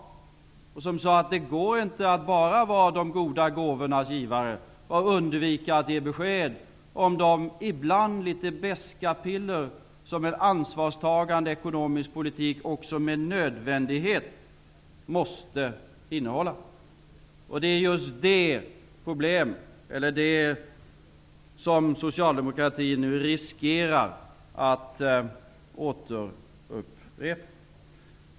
Man lyssnade inte på dem som sade att det inte går att bara vara de goda gåvornas givare och undvika att ge besked om de ibland litet beska piller som en ansvarstagande ekonomisk politik också med nödvändighet måste innehålla. Det är just det som Socialdemokratin nu riskerar att återupprepa.